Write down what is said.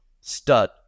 stud